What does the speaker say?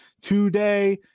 today